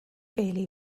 bailey